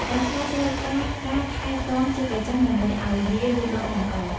ដើមស្វាយត្រូវការការថែទាំជាប្រចាំដើម្បីឲ្យវាលូតលាស់បានល្អ។